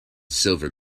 silver